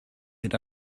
had